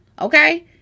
okay